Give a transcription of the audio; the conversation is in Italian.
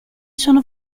sono